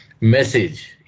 message